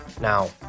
Now